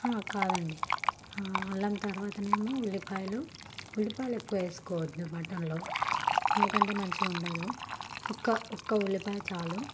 కాదండి అల్లం తరువాత ఏమో ఉల్లిపాయలు ఉల్లిపాయలు ఎక్కువ వేసుకోవద్దు మటన్లో ఎందుకంటే మంచిగా ఉండదు ఒక్క ఒక్క ఉల్లిపాయ చాలు